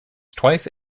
twice